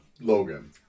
Logan